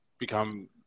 become